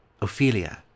Ophelia